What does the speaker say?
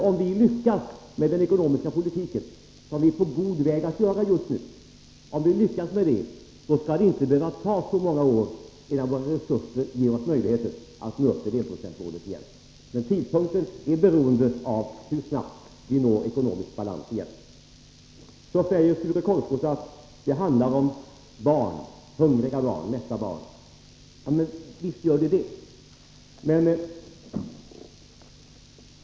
Om vi lyckas med den ekonomiska politiken — vilket vi är på god väg att göra just nu — skall det inte behöva ta så många år innan våra resurser ger oss möjlighet att åter nå upp till enprocentsmålet. Tidpunkten är emellertid beroende av hur snart vi når ekonomisk balans igen. Det handlar om hungriga barn, säger Sture Korpås. Det är alldeles riktigt.